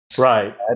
right